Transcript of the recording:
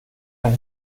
ein